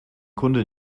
kunde